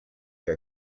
air